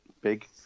big